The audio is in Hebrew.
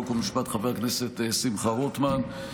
חוק ומשפט חבר הכנסת שמחה רוטמן.